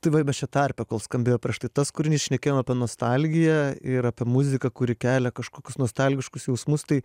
tai va mes čia tarpe kol skambėjo prieš tai tas kūrinys šnekėjom apie nostalgiją ir apie muziką kuri kelia kažkokius nostalgiškus jausmus tai